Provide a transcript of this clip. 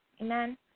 Amen